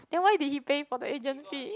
then why did he pay for the agent fee